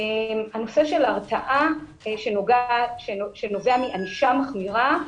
הנושא של ההרתעה שנובעת מענישה מחמירה,